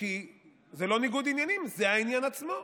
כי זה לא ניגוד עניינים, זה העניין עצמו.